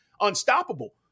unstoppable